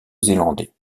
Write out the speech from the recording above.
zélandais